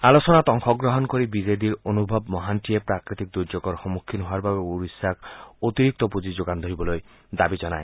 আলোচনাত অংশগ্ৰহণ কৰি বি জে ডিৰ অনুভৱ মহান্তিয়ে প্ৰাকৃতিক দূৰ্যোগৰ মুখামুখি হোৱাৰ বাবে ওড়িশাক অতিৰিক্ত পুঁজি যোগান ধৰিবলৈ দাবী জনায়